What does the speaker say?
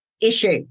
issue